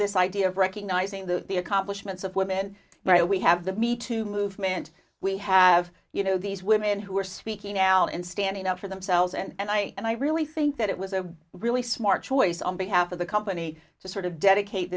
this idea of recognizing the accomplishments of women might we have the me too movement we have you know these women who are speaking out and standing up for themselves and i and i really think that it was a really smart choice on behalf of the company to sort of dedicate